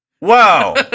Wow